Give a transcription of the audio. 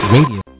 Radio